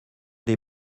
les